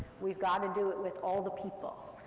we've got to do it with all the people.